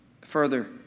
further